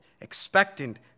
expectant